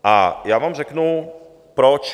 A já vám řeknu proč.